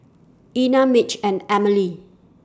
Ena Mitch and Amelie